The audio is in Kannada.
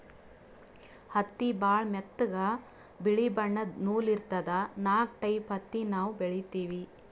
ಹತ್ತಿ ಭಾಳ್ ಮೆತ್ತಗ ಬಿಳಿ ಬಣ್ಣದ್ ನೂಲ್ ಇರ್ತದ ನಾಕ್ ಟೈಪ್ ಹತ್ತಿ ನಾವ್ ಬೆಳಿತೀವಿ